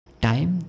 time